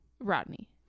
Rodney